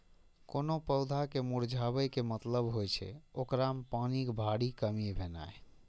कोनो पौधा के मुरझाबै के मतलब होइ छै, ओकरा मे पानिक भारी कमी भेनाइ